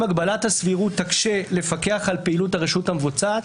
הגבלת הסבירות תקשה לפקח על פעילות הרשות המבצעת?